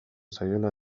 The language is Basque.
zaiola